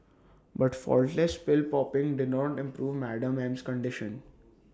but faultless pill popping did not improve Madam M's condition